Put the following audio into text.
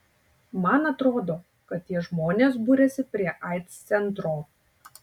man atrodo kad tie žmonės buriasi prie aids centro